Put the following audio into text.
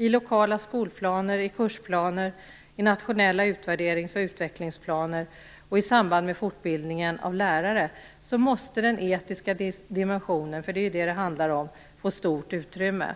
I lokala skolplaner, i kursplaner, i nationella utvärderings och utvecklingsplaner och i samband med fortbildningen av lärare måste den etiska dimensionen - för det är vad det handlar om - få stort utrymme.